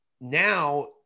now